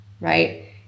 right